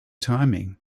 timing